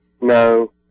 No